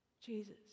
Jesus